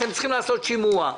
אתם צריכים לעשות שימוע.